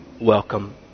Welcome